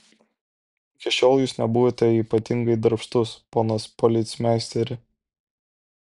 iki šiol jūs nebuvote ypatingai darbštus ponas policmeisteri